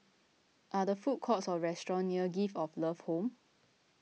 are there food courts or restaurants near Gift of Love Home